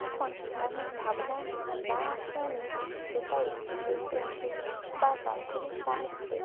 তখন মনের ভাবনায় যা আসে আমি সেটাই স্লেট পেন্সিল বা রঙ তুলির সাহায্যে